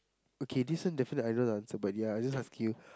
okay one define I know the answer but ya I just asking you